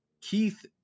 Keith